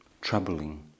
troubling